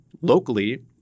locally